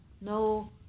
no